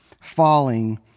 Falling